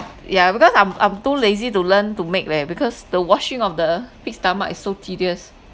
yeah because I'm I'm too lazy to learn to make leh because the washing of the pig's stomach is so tedious